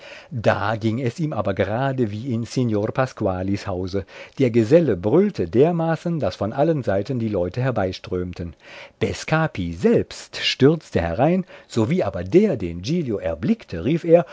da ging es ihm aber gerade wie in signor pasqualis hause der geselle brüllte der maßen daß von allen seiten die leute herbeiströmten bescapi selbst stürzte herein sowie aber der den giglio erblickte rief er